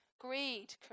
greed